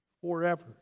forever